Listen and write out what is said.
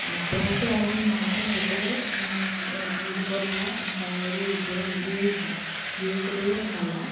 അത്യാവശ്യ കാര്യങ്ങളിൽ മാത്രം കുട്ടികൾ ഇതുപോലുള്ള സാങ്കേതിക വിദ്യകൾ ഉപയോഗിക്കാം ഉപയോഗിക്കരുത് എന്നല്ല